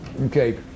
Okay